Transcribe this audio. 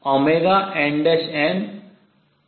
Cnn